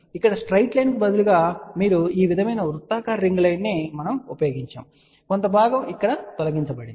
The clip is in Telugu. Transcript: ఇక్కడ స్ట్రైట్ లైన్ కు బదులుగా ఈ విధమైన వృత్తాకార రింగ్ లైన్ మనం ఉపయోగించాము కొంత భాగం ఇక్కడ నుండి తొలగించబడుతుంది